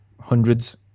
hundreds